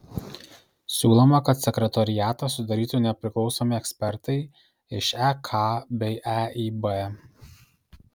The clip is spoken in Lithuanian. siūloma kad sekretoriatą sudarytų nepriklausomi ekspertai iš ek bei eib